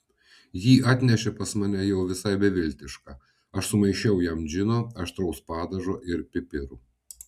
jį atnešė pas mane jau visai beviltišką aš sumaišiau jam džino aštraus padažo ir pipirų